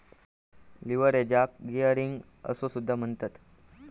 लीव्हरेजाक गियरिंग असो सुद्धा म्हणतत